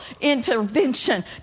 intervention